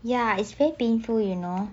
ya it's very painful you know